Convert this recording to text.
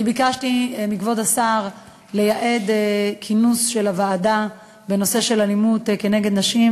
אני ביקשתי מכבוד השר לייעד כינוס של הוועדה בנושא של אלימות כנגד נשים,